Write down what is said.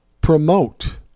promote